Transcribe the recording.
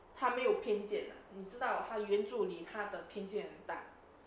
他没有偏见 ah 你知道他圆助理他的偏见很大